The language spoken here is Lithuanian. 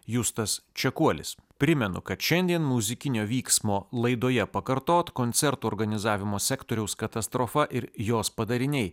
justas čekuolis primenu kad šiandien muzikinio vyksmo laidoje pakartot koncertų organizavimo sektoriaus katastrofa ir jos padariniai